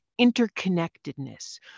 interconnectedness